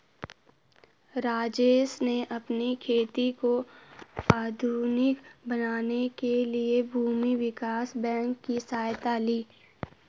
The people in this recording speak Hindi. राजेश ने अपनी खेती को आधुनिक बनाने के लिए भूमि विकास बैंक की सहायता ली